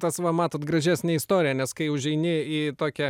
tas va matot gražesnė istorija nes kai užeini į tokią